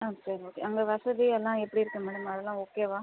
on சரி okay அங்கே வசதியெல்லாம் எப்படி இருக்கு மேடம் அதெல்லாம் ஓகேவா